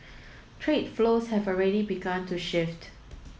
trade flows have already begun to shift